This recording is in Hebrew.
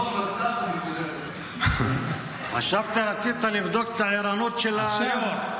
לאור המצב --- חשבתי שרצית לבדוק את הערנות של היו"ר.